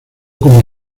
como